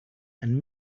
and